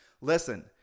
Listen